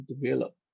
develop